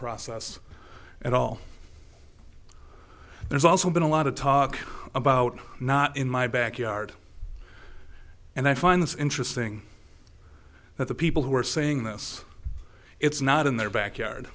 process at all there's also been a lot of talk about not in my backyard and i find this interesting that the people who are saying this it's not in their backyard